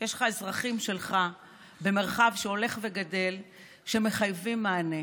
יש אזרחים שלך במרחב שהולך וגדל שמחייבים מענה.